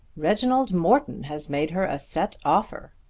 reginald morton has made her a set offer.